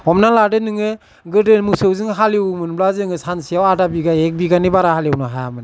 हमना लादो नोङो गोदो मोसौजों हालेवोमोनब्ला जोङो सानसेयाव आदा बिगा एक बिगानि बारा हालेवनो हायामोन